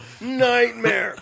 nightmare